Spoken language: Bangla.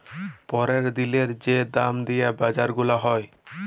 প্যরের দিলের যে দাম দিয়া বাজার গুলা হ্যয়